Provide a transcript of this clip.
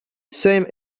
same